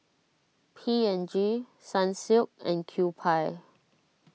P and G Sunsilk and Kewpie